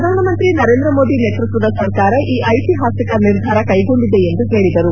ಪ್ರಧಾನಮಂತ್ರಿ ನರೇಂದ್ರ ಮೋದಿ ನೇತೃತ್ವದ ಸರಕಾರ ಈ ಐತಿಹಾಸಿಕ ನಿರ್ಧಾರ ಕ್ಲೆಗೊಂಡಿದೆ ಎಂದು ಹೇಳಿದರು